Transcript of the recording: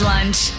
Lunch